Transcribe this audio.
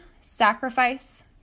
sacrifice